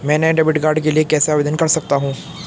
मैं नए debit card के लिए कैसे आवेदन कर सकता हूँ?